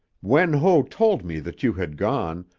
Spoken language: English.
wen ho told me that you had gone,